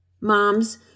Moms